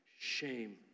shame